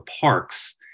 parks